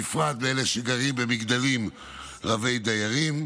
בפרט אלה שגרים במגדלים רבי דיירים.